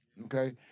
okay